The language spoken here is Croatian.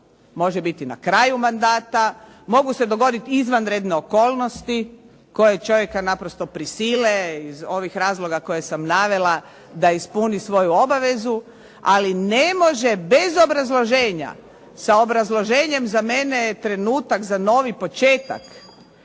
Može biti na kraju mandata, mogu se dogoditi izvanredne okolnosti koje čovjeka naprosto prisile iz ovih razloga koje sam navela da ispuni svoju obavezu, ali ne može bez obrazloženja. Sa obrazloženjem za mene je trenutak za novi početak